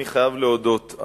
אני חייב להודות,